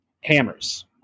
hammers